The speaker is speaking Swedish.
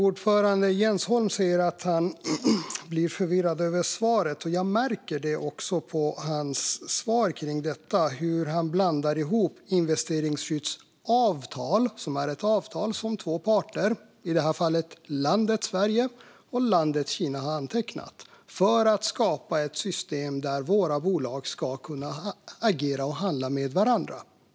Fru talman! Jens Holm säger att han blir förvirrad av svaret, och jag märker det på hur han blandar ihop två delar. Den ena är investeringsskyddsavtalet, som är ett avtal som två parter, i det här fallet landet Sverige och landet Kina, har tecknat för att skapa ett system där våra bolag ska kunna agera och handla med varandra.